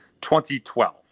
2012